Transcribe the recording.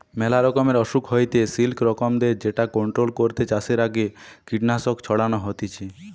মেলা রকমের অসুখ হইতে সিল্কবরমদের যেটা কন্ট্রোল করতে চাষের আগে কীটনাশক ছড়ানো হতিছে